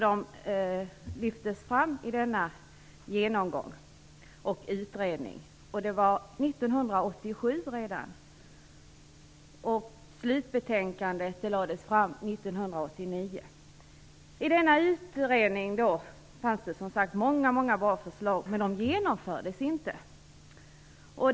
De lyftes fram i denna genomgång, i utredningen, och det var redan 1987. Slutbetänkandet lades fram 1989. I denna utredning fanns det många bra förslag, men de genomfördes inte.